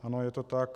Ano, je to tak.